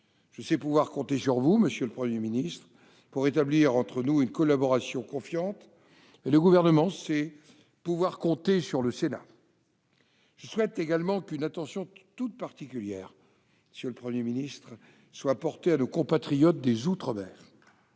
Je sais pouvoir compter sur vous, monsieur le Premier ministre, pour établir entre nous une collaboration confiante, et le Gouvernement sait pouvoir compter sur le Sénat. Je souhaite également qu'une attention toute particulière soit portée à nos compatriotes des outre-mer